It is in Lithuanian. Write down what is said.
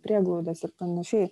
prieglaudas ir panašiai